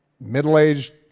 middle-aged